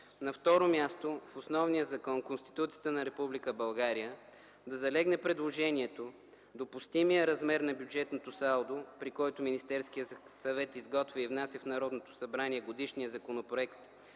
На второ място, в основния закон – Конституцията на Република България, да залегне предложението допустимият размер на бюджетното салдо, при който Министерският съвет изготвя и внася в Народното събрание годишния Законопроект